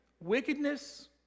Wickedness